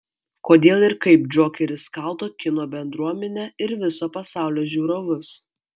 kodėl ir kaip džokeris skaldo kino bendruomenę ir viso pasaulio žiūrovus